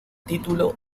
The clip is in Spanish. título